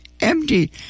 empty